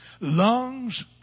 lungs